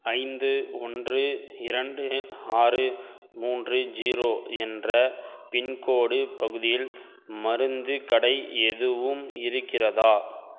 ஐந்து ஓன்று இரண்டு ஆறு மூன்று ஜீரோ என்ற பின்கோட் பகுதியில் மருந்துக் கடை எதுவும் இருக்கிறதா